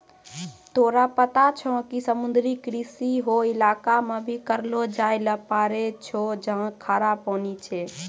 तोरा पता छौं कि समुद्री कृषि हौ इलाका मॅ भी करलो जाय ल पारै छौ जहाँ खारा पानी छै